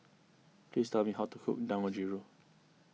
please tell me how to cook Dangojiru